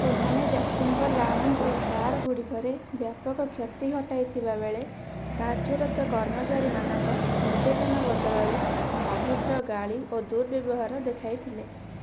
ସେମାନେ ଯାତ୍ରୀଙ୍କ ଲାଉଞ୍ଜ୍ ଓ ବାର୍ଗୁଡ଼ିକରେ ବ୍ୟାପକ କ୍ଷତି ଘଟାଇଥିବାବେଳେ କାର୍ଯ୍ୟରତ କର୍ମଚାରୀ ମାନଙ୍କ ନିବେଦନ ବଦଳରେ ଅଭଦ୍ର ଗାଳି ଓ ଦୁର୍ବ୍ୟବହାର ଦେଖାଇଥିଲେ